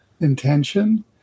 intention